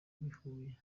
bihuye